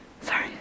Sorry